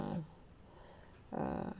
uh uh